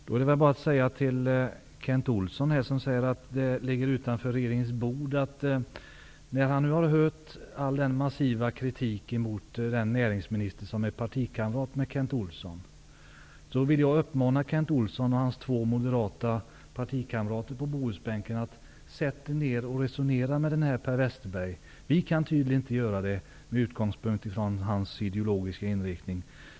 Då är det väl bara att uppmana Kent Olsson, som säger att det ligger utanför regeringens bord, och övriga moderater på Bohusbänken, när vi nu har hört all den massiva kritik som riktas mot näringsministern, partikamrat till Kent Olsson: Sätt er ner och resonera med den här Per Westerberg! Vi kan tydligen inte påverka honom, med den ideologiska inriktning han har.